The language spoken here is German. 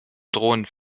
drohenden